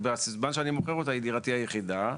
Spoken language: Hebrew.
ובזמן שאני מוכר אותה היא דירתי היחידה.